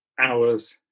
hours